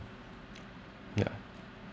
ya